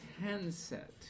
handset